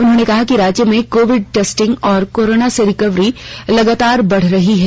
उन्होंने कहा कि राज्य में कोविड टेस्टिंग और कोरोना से रिकवरी लगातार बढ़ रही है